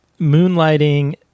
moonlighting